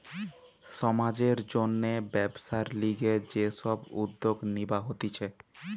সমাজের জন্যে ব্যবসার লিগে যে সব উদ্যোগ নিবা হতিছে